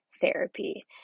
therapy